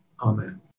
Amen